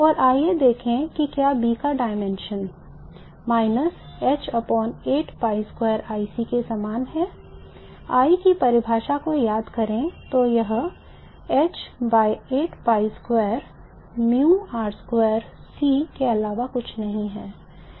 और आइए देखें कि क्या B का dimension के समान है I की परिभाषा को याद करें तो यह h by 8 pi square μ r2 c के अलावा कुछ भी नहीं है